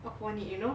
on on it you know